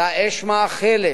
אלא אש מאכלת.